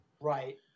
Right